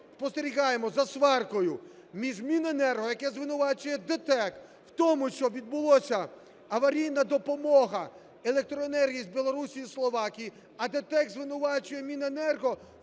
спостерігаємо за сваркою між Міненерго, яке звинувачує ДТЕК в тому, що відбулася аварійна допомога електроенергії з Білорусі і Словаччини, а ДТЕК звинувачує Міненерго в